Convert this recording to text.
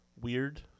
weird